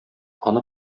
аны